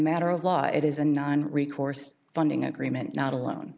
matter of law it is a non recourse funding agreement not alone